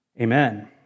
Amen